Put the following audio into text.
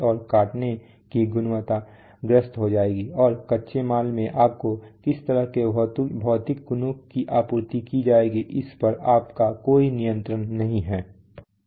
और काटने की गुणवत्ता ग्रस्त हो जाती है और कच्चे माल में आपको किस तरह के भौतिक गुणों की आपूर्ति की जाएगी इस पर आपका कोई नियंत्रण नहीं है